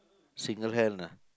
single hand ah